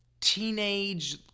teenage